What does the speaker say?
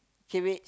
cabbage